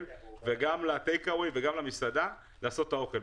וגם לטייק-אווי וגם למסעדה לעשות את האוכל.